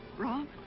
wrong?